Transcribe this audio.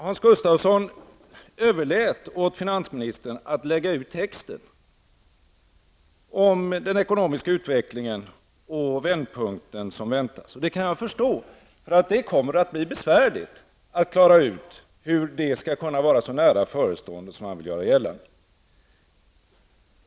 Hans Gustafsson överlät åt finansministern att lägga ut texten om den ekonomiska politiken och den vändpunkt som väntas, och det kan jag förstå. Det kommer att bli besvärligt att klara ut hur den skall vara så nära förestående som han vill göra gällande.